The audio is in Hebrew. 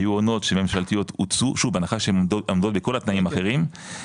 היו עונות שממשלתיות הוצאו בהנחה שהן עומדות בכל התנאים האחרים,